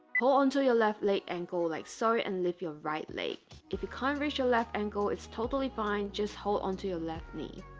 hold on to you left leg ankle like so and lift your right leg if you can't reach your left ankle it's totally fine, just hold on to your left knee